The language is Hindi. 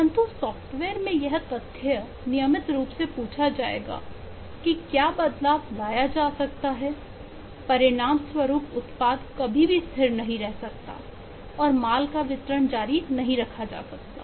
परंतु सॉफ्टवेयर में यह तथ्य नियमित रूप से पूछा जाएगा कि क्या बदलाव लाया जा सकता है परिणाम स्वरूप उत्पाद कभी भी स्थिर नहीं रह सकता और माल का वितरण जारी नहीं रखा जा सकता